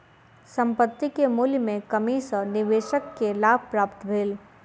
संपत्ति के मूल्य में कमी सॅ निवेशक के लाभ प्राप्त भेल